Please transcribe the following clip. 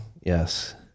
yes